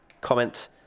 comment